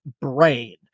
Brain